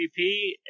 PVP